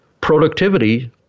Productivity